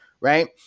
right